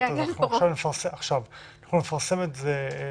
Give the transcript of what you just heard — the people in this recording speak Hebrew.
שבסוף אנחנו לוקחים אירוע שהוא בכלל לא משפטי,